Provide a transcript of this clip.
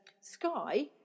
sky